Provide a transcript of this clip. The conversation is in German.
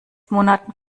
monaten